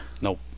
Nope